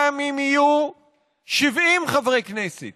גם אם יהיו 70 חברי כנסת